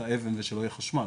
לכאלה ביצועים.